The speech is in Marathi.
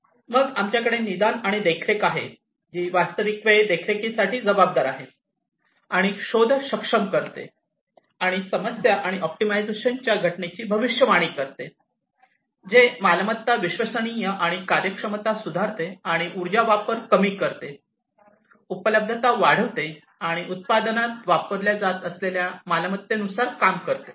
मग आमच्याकडे निदान आणि देखरेख आहे जी वास्तविक वेळ देखरेखीसाठी जबाबदार आहे आणि शोध सक्षम करते आणि समस्या आणि ऑप्टिमायझेशनच्या घटनेची भविष्यवाणी करते जे मालमत्ता विश्वसनीयता आणि कार्यक्षमता सुधारते आणि उर्जा वापर कमी करते उपलब्धता वाढवते आणि उत्पादन वापरल्या जात असलेल्या मालमत्तेनुसार काम करते